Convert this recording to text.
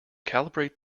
calibrate